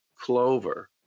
clover